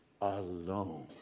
alone